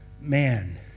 man